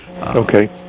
okay